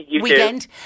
weekend